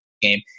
game